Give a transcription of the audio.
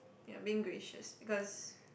ya being gracious because